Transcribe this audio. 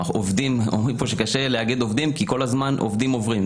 אומרים פה שקשה לאגד עובדים כי כל הזמן עובדים עוברים.